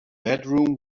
bedroom